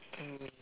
mm